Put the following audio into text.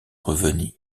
revenir